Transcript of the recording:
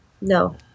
No